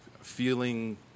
feeling